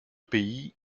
pays